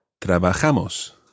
Trabajamos